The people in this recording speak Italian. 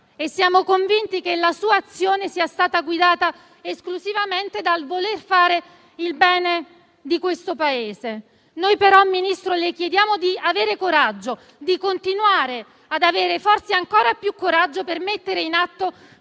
E siamo convinti che la sua azione sia stata guidata esclusivamente dal voler fare il bene di questo Paese. Noi però, Ministro, le chiediamo di avere coraggio, di continuare ad avere forse ancora più coraggio per mettere in atto